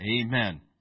Amen